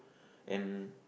and